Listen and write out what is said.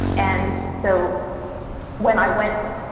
and so when i went,